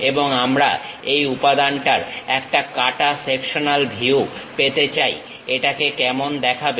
এবং আমরা এই উপাদানটার একটা কাঁটা সেকশনাল ভিউ পেতে চাই এটাকে কেমন দেখাবে